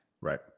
Right